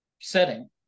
setting